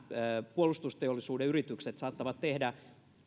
puolustusteollisuuden yritykset saattavat tehdä